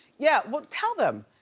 yeah, well, tell them.